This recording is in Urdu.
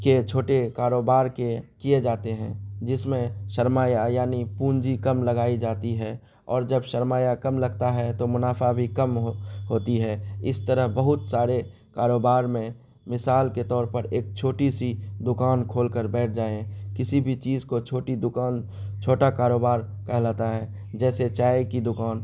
کے چھوٹے کاروبار کے کیے جاتے ہیں جس میں سرمایہ یعنی پونجی کم لگائی جاتی ہے اور جب سرمایہ کم لگتا ہے تو منافعہ بھی کم ہو ہوتی ہے اس طرح بہت سارے کاروبار میں مثال کے طور پر ایک چھوٹی سی دکان کھول کر بیٹھ جائیں کسی بھی چیز کو چھوٹی دکان چھوٹا کاروبار کہلاتا ہے جیسے چائے کی دکان